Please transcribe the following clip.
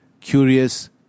curious